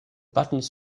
buttons